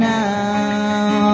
now